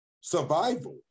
Survival